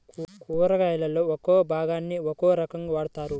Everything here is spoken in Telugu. కూరగాయలలో ఒక్కో భాగాన్ని ఒక్కో రకంగా వాడతారు